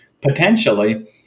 potentially